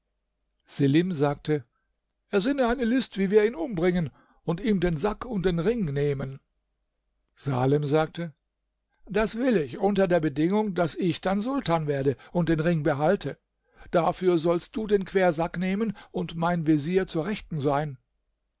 selim sagte ersinne eine list wie wir ihn umbringen und ihm den sack und den ring nehmen salem sagte das will ich unter der bedingung daß ich dann sultan werde und den ring behalte dafür sollst du den quersack nehmen und mein vezier zur rechten sein